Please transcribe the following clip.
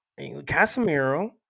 Casemiro